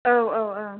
औऔऔ